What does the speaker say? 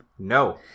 No